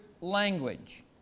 language